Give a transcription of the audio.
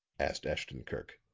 asked ashton-kirk.